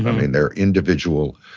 mean their individual,